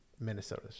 Minnesota